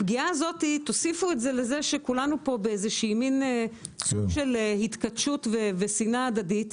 תוסיפו את זה לזה שכולנו כאן בסוג של התכתשות ושנאה הדדית.